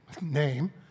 name